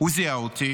הוא זיהה אותי,